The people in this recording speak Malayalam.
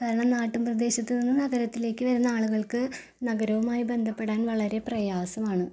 കാരണം നാട്ടും പ്രദേശത്ത് നിന്ന് നഗരത്തിലേക്ക് വരുന്ന ആളുകൾക്ക് നഗരവുമായി ബന്ധപ്പെടാൻ വളരെ പ്രയാസമാണ്